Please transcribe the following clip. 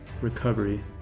recovery